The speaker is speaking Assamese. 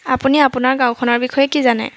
আপুনি আপোনাৰ গাঁওখনৰ বিষয়ে কি জানে